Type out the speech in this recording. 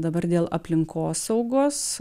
dabar dėl aplinkosaugos